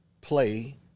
play